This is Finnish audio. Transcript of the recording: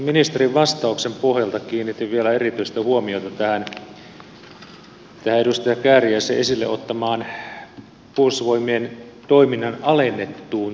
ministerin vastauksen pohjalta kiinnitin vielä erityistä huomiota tähän edustaja kääriäisen esille ottamaan puolustusvoimien toiminnan alennettuun tasoon